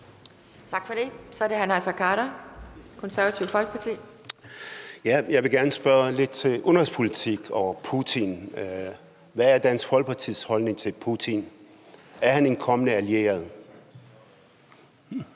Tak for det. Så er det hr. Naser Khader, Det Konservative Folkeparti. Kl. 11:46 Naser Khader (KF): Jeg vil gerne spørge lidt til udenrigspolitikken og Putin. Hvad er Dansk Folkepartis holdning til Putin? Er han en kommende allieret?